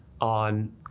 on